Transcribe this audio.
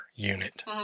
unit